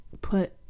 put